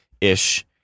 ish